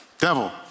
devil